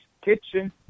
kitchen